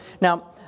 Now